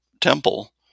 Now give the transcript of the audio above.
temple